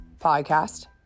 podcast